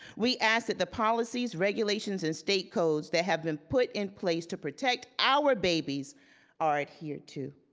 we ask that the policies, regulations, and state codes that have been put in place to protect our babies are adhered to.